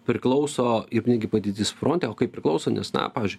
priklauso ir netgi padėtis fronte o kaip priklauso nes na pavyzdžiui